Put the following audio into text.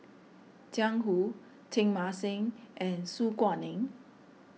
Jiang Hu Teng Mah Seng and Su Guaning